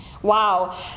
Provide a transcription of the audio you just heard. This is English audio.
Wow